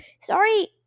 sorry